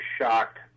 shocked